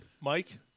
Mike